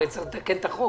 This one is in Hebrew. הרי צריך לתקן את החוק.